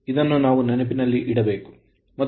ಇದನ್ನು ನಾವು ನೆನಪಿನಲ್ಲಿಡಬೇಕು